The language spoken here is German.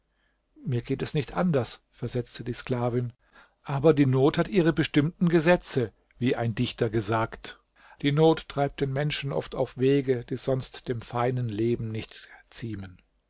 mir geht es nicht anders versetzte die sklavin aber die not hat ihre bestimmten gesetze wie ein dichter gesagt die not treibt den menschen oft auf wege die sonst dem feinen leben nicht ziemen